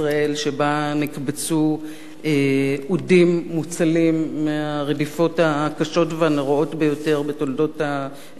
שבה נקבצו אודים מוצלים מהרדיפות הקשות והנוראות ביותר בתולדות האנושות.